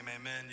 amen